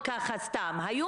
לגבי